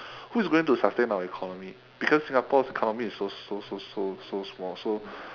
who is going to sustain our economy because singapore's economy's so so so so so small so